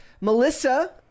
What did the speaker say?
Melissa